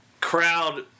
Crowd